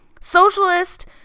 socialist